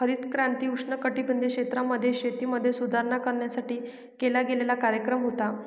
हरित क्रांती उष्णकटिबंधीय क्षेत्रांमध्ये, शेतीमध्ये सुधारणा करण्यासाठी केला गेलेला कार्यक्रम होता